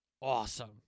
awesome